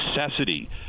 necessity